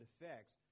effects